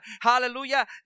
Hallelujah